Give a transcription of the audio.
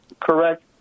correct